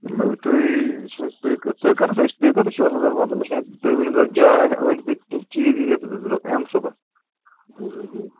تُہۍ کتس تُہۍ کتس